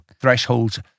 thresholds